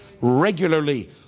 regularly